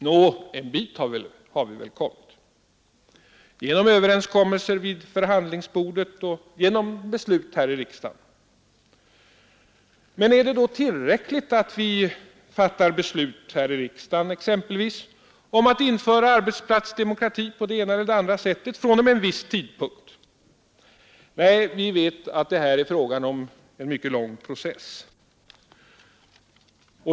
Nå, en bit har vi väl kommit — genom överenskommelser vid förhandlingsbordet och genom beslut här i riksdagen. Men är det då tillräckligt att vi fattar beslut här i riksdagen, exempelvis om att införa arbetsplatsdemokrati på det ena eller det andra sättet fr.o.m. en viss tidpunkt? Nej, vi vet att det här är fråga om en mycket lång process.